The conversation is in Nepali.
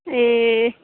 ए